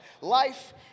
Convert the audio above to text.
Life